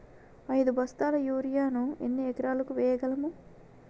ఐదు బస్తాల యూరియా ను ఎన్ని ఎకరాలకు వేయగలము?